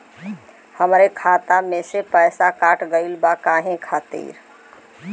हमरे खाता में से पैसाकट गइल बा काहे खातिर?